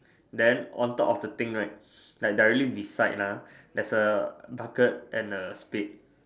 then on top of the thing right like directly beside lah there's a bucket and a spade